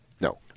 No